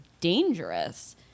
dangerous